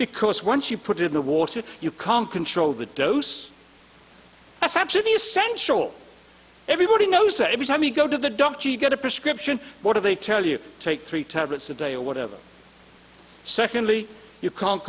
because once you put in the water you can control the dose effectively essential everybody knows that every time you go to the doctor you get a prescription what do they tell you take three tablets a day or whatever secondly you can't